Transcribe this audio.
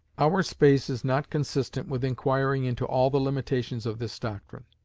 our space is not consistent with inquiring into all the limitations of this doctrine.